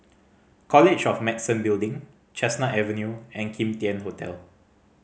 College of Medicine Building Chestnut Avenue and Kim Tian Hotel